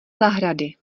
zahrady